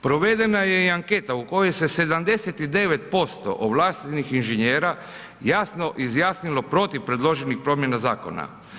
Provedena je i anketa u kojoj se 79% ovlaštenih inženjera jasno izjasnilo protiv predloženih promjena zakona.